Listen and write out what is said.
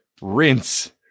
Rinse